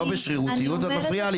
אני אומרת לך, תיזהר.